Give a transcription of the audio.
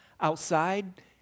Outside